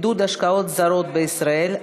עידוד השקעות זרות בישראל),